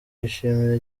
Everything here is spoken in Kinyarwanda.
yishimira